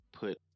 put